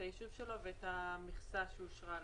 את היישוב שלו ואת המכסה שאושרה לו.